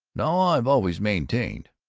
now i've always maintained